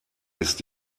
ist